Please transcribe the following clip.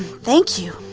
thank you.